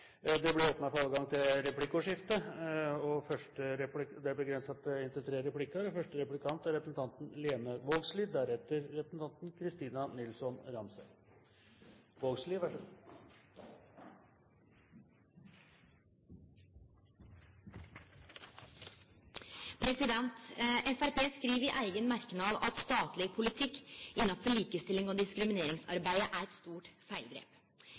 Det blir åpnet for replikkordskifte. Framstegspartiet skriv i eigen merknad at statleg politikk innanfor likestillings- og diskrimineringsarbeidet er eit stort feilgrep.